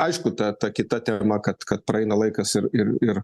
aišku ta ta kita tema kad kad praeina laikas ir ir ir